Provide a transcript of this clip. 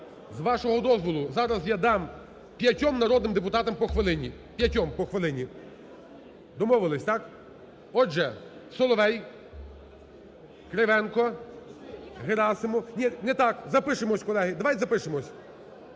З вашого дозволу, зараз я дам п'ятьом народним депутатам по хвилині, п'ятьом по хвилині. Домовились, так? Отже, Соловей, Кривенко, Герасимов… Ні, не так, Запишемось, колеги. Давайте запишемось.